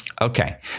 Okay